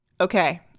okay